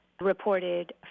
reported